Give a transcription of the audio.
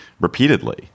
repeatedly